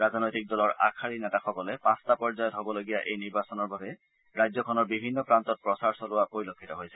ৰাজনৈতিক দলৰ আগশাৰীৰ নেতাসকলে পাঁচটা পৰ্যায়ত হ'বলগীয়া এই নিৰ্বাচনৰ বাবে ৰাজ্যখনৰ বিভিন্ন প্ৰান্তত প্ৰচাৰ চলোৱা পৰিলক্ষিত হৈছে